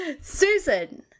Susan